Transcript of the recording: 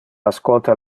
ascolta